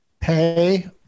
Pay